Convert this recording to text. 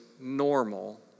normal